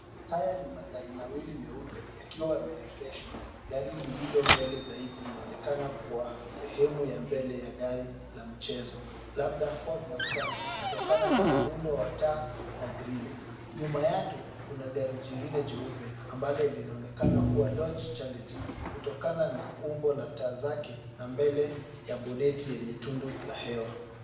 Haya ni magari mawili meupe yakiwa yameegeshwa. Gari lililo mbele zaidi linaonekana kwa sehemu ya mbele ya gari la michezo, labda Ford Mustang, kutokana na muundo wa taa na grill . Nyuma yake kuna gari jingine jeupe ambalo linaonekana kuwa Dodge Challenger, kutokana na umbo la taa zake na mbele ya boneti yenye tundu la hewa.